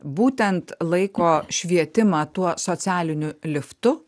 būtent laiko švietimą tuo socialiniu liftu